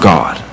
God